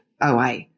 OA